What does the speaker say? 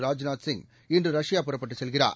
ராஜ்நாத் சிங் இன்று ரஷ்யா புறப்பட்டுச் செல்கிறார்